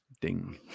Ding